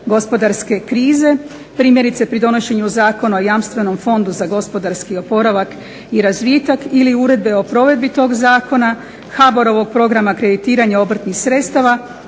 gospodarske krize. Primjerice pri donošenju Zakona o Jamstvenom fondu za gospodarski oporavak i razvitak ili uredbe o provedbi tog zakona, HBOR-ovog programa kreditiranja obrtnih sredstava